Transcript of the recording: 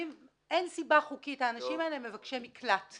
אין סיבה למנוע העברת כספים חוקית של אנשים שהגישו בקשת מקלט.